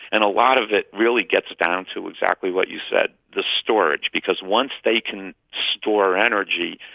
and a lot of it really gets down to exactly what you said the storage because once they can store energy,